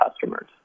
customers